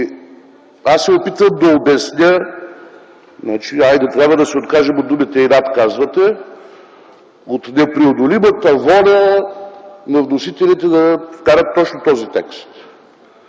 аз се опитвам да обясня, казвате, че трябва да се откажем от думата „инат”, непреодолимата воля на вносителите да вкарат точно този текст.